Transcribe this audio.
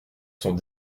sont